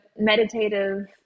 meditative